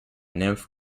nymph